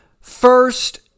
First